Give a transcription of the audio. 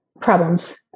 problems